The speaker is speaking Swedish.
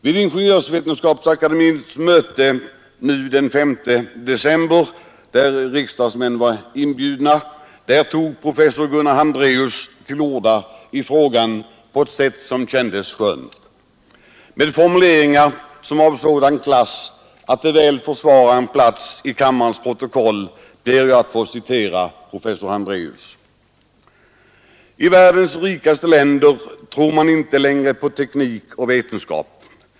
Vid Ingenjörsvetenskapsakademiens möte den 5 december, dit riksdagsmän var inbjudna, tog professor Gunnar Hambreus till orda i frågan på ett sätt som kändes skönt, med formuleringar av sådan klass att de väl försvarar en plats i kammarens protokoll. Jag ber att få citera professor Hambreus: ”I världens rikaste länder tror man inte längre på teknik och vetenskap.